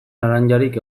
laranjarik